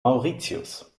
mauritius